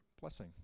blessing